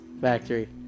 factory